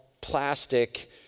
plastic